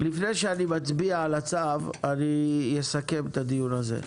לפני שאני מצביע על הצו אני אסכם את הדיון הזה: